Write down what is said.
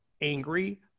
angry